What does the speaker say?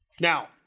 Now